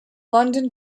london